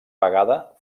vegada